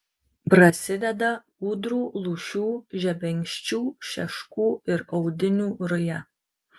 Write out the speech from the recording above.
prasideda ūdrų lūšių žebenkščių šeškų ir audinių ruja